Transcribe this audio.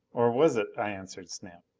or was it? i answered snap,